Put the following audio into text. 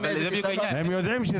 הם יודעים.